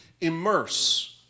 immerse